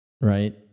right